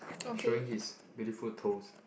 showing his beautiful toes